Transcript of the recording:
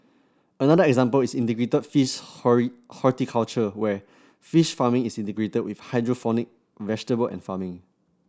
another example is integrated fish horticulture where fish farming is integrated with hydroponic vegetable farming